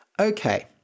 Okay